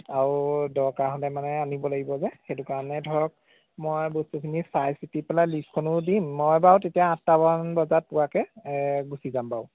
আৰু দৰকাৰ হ'লে মানে আনিব লাগিব যে সেইটো কাৰণে ধৰক মই বস্তুখিনি চাই চিতি পেলাই লিষ্টখনো দিম মই বাৰু তেতিয়া আঠটামান বজাত পোৱাকৈ গুচি যাম বাৰু